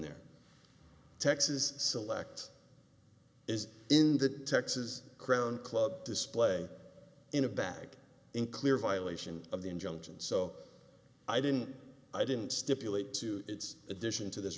there texas selects is in the texas crown club display in a bag in clear violation of the injunction so i didn't i didn't stipulate to its addition to this